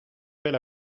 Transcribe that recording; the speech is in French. belle